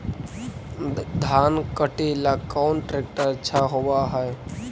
धान कटे ला कौन ट्रैक्टर अच्छा होबा है?